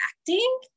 acting